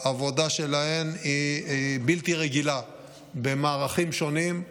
העבודה שלהן היא בלתי רגילה במערכים שונים,